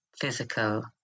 physical